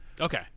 okay